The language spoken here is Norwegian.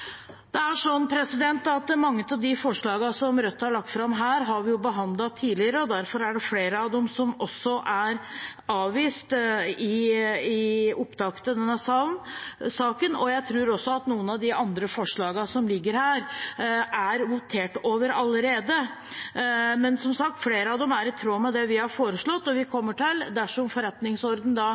Mange av de forslagene som Rødt har lagt fram her, har vi behandlet tidligere, og derfor er det flere av dem som er avvist i opptakten til denne saken, og jeg tror også at noen av de andre forslagene som ligger her, er votert over allerede. Men som sagt, flere av dem er i tråd med det vi har foreslått, og dersom forretningsordenen tillater at forslagene kommer til